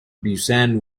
busan